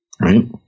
right